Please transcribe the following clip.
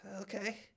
okay